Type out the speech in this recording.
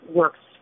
works